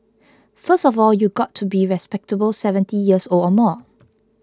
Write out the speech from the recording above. first of all you've got to be respectable seventy years old or more